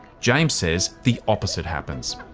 james says the opposite happens.